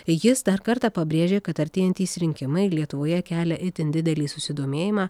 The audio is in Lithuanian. jis dar kartą pabrėžė kad artėjantys rinkimai lietuvoje kelia itin didelį susidomėjimą